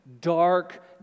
dark